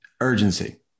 urgency